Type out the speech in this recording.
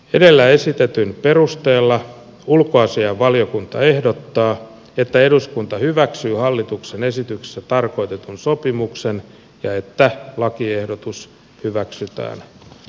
edellä esitetyn perusteella ulkoasiainvaliokunta ehdottaa että eduskunta hyväksyy hallituksen esityksessä tarkoitetun sopimuksen ja että lakiehdotus hyväksytään muuttamattomana